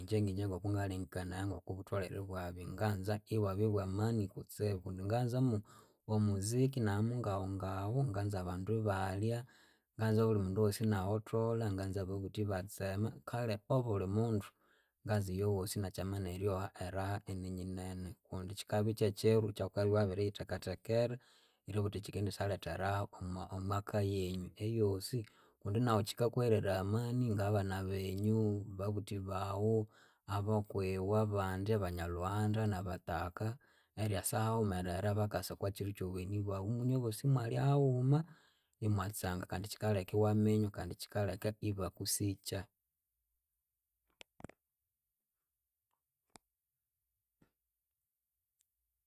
Ingye ngingye ngokungalengekanaya ngoku butholere ibwabya nganza ibwabya bwamani kutsibu kundi nganzamu omuziki nabya mungahungahu nganza abandu ibalya, nganza abulimundu nahotholha, nganza ababuthi ibatsema, kale abulimundu nganza iyowosi inakyama neryowa eraha ininyinene kundi kyikabya kyekyiru kyawukabya wabiriyithekathekera eribuwa wuthi kyikendisyaletha eraha omwa omwaka yenyu eyosi kundi nawu kyikakuhereraya amani ngabana benyu babuthi bawu, abokwiwe abandi, abanya lhughanda nabataka eryasa haghumerere bakasa okwakyiru kyobugheni bwabu imwimwa inywebosi imwalira haghuma imwatsanga. Kandi kaleka iwaminywa kandi kyikaleka ibakusikya